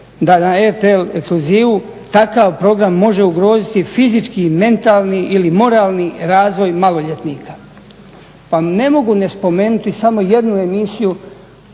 da na RTL Exkluzivu takav program može ugroziti fizički, mentalni ili moralni razvoj maloljetnika. Pa ne mogu ne spomenuti samo jednu emisiju